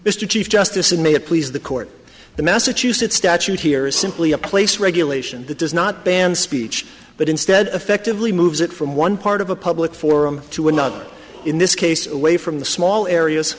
mr chief justice in may it please the court the massachusetts statute here is simply a place regulation that does not ban speech but instead effectively moves it from one part of a public forum to another in this case away from the small areas